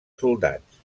soldats